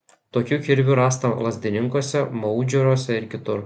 tokių kirvių rasta lazdininkuose maudžioruose ir kitur